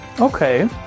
Okay